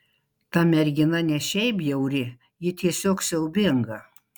ta mergina ne šiaip bjauri ji tiesiog siaubinga